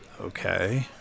Okay